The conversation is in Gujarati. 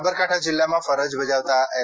સાબરકાંઠા જિલ્લામાં ફરજ બજાવતા એલ